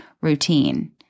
routine